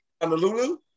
Honolulu